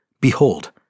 behold